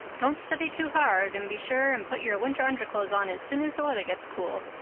don't study too hard, and be sure and put your winter underclothes on as soon as the weather gets cool.